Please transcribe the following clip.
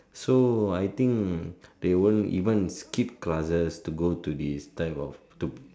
so I think they won't even skip classes to go to this type of